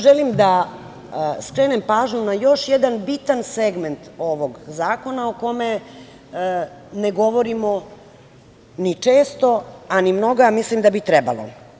Želim da skrenem pažnju na još jedan bitan segment ovog zakona o kome ne govorimo ni često, a ni mnogo, a mislim da bi trebalo.